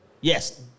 Yes